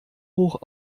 hoch